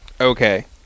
okay